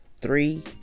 three